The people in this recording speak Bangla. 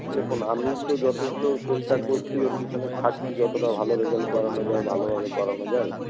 দেখুন আমি তো যথেষ্ট চেষ্টা করছি ওর পিছনে খাটছি যতোটা ভালো রেজাল্ট করানো যায় ভালোভাবে পড়ানো যায়